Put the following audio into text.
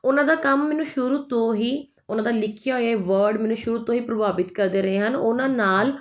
ਉਹਨਾਂ ਦਾ ਕੰਮ ਮੈਨੂੰ ਸ਼ੁਰੂ ਤੋਂ ਹੀ ਉਹਨਾਂ ਦਾ ਲਿਖਿਆ ਹੋਇਆ ਵਰਡ ਮੈਨੂੰ ਸ਼ੁਰੂ ਤੋਂ ਹੀ ਪ੍ਰਭਾਵਿਤ ਕਰਦੇ ਰਹੇ ਹਨ ਉਹਨਾਂ ਨਾਲ